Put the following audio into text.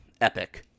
epic